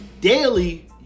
daily